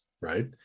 right